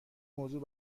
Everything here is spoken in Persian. موضوع